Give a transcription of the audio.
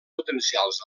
potencials